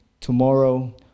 tomorrow